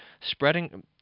spreading